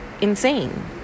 insane